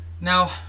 Now